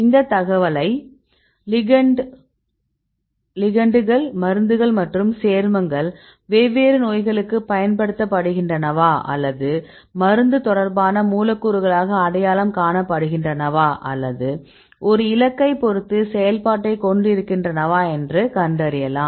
இந்த தகவலை லிகெண்டுகள் மருந்துகள் மற்றும் சேர்மங்கள் வெவ்வேறு நோய்களுக்கு பயன்படுத்தப்படுகின்றனவா அல்லது மருந்து தொடர்பான மூலக்கூறுகளாக அடையாளம் காணப்படுகின்றனவா அல்லது ஒரு இலக்கைப் பொறுத்து செயல்பாட்டைக் கொடுக்கின்றனவா என்று கண்டறியலாம்